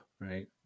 right